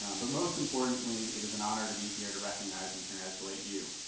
um but most importantly it is an honor to be here to recognize and congratulate you,